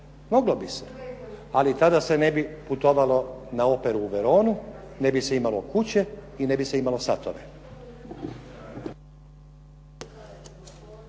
moglo bi se. Ali tada se ne bi putovalo na operu u Veronu, ne bi se imalo kuće i ne bi se imalo satove.